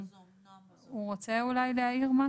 אולי הוא רוצה להעיר משהו?